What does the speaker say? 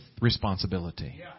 responsibility